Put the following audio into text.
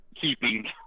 keeping